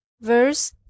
verse